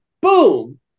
boom